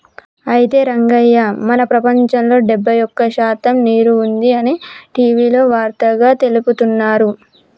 అయితే రంగయ్య మన ప్రపంచంలో డెబ్బై ఒక్క శాతం నీరు ఉంది అని టీవీలో వార్తగా తెలుపుతున్నారు